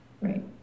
Right